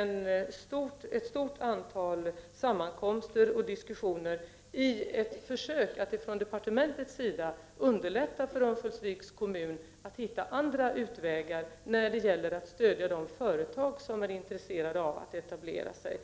anordnats ett stort antal sammankomster och diskussioner, där departementet har försökt underlätta för Örnsköldsviks kommun att hitta andra utvägar när det gäller att stödja de företag som är intresserade av att etablera sig.